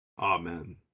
Amen